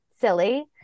silly